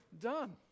done